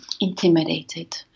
intimidated